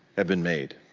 have been made,